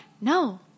no